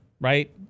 right